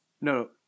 no